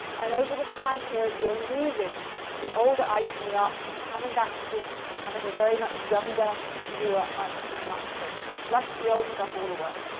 and over this time period, we're losing the older ice in the arctic and coming back to just having a very much younger, newer ice in the arctic ocean. we've flushed the old stuff all away.